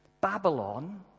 Babylon